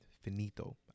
Finito